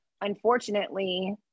unfortunately